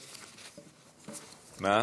מה,